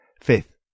Fifth